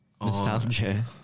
nostalgia